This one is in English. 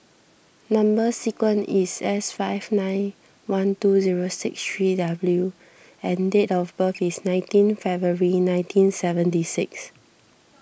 Number Sequence is S five nine one two zero six three W and date of birth is nineteen February nineteen seventy six